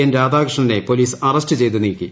N രാധാകൃഷ്ണനെ police arrest ചെയ്ത് നീക്കി